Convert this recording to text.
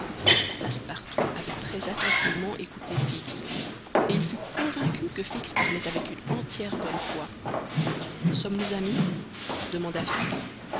passepartout avait très attentivement écouté fix et il fut convaincu que fix parlait avec une entière bonne foi sommes-nous amis demanda fix